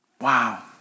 Wow